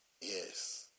Yes